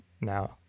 now